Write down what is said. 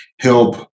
help